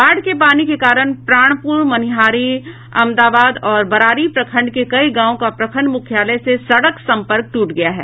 बाढ़ के पानी के कारण प्राणपुर मनिहारी अमदाबाद और बरारी प्रखंड के कई गांवों का प्रखंड मुख्यालय से सड़क संपर्क टूट गया है